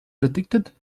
predicted